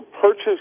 purchase